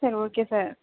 சரி okay sir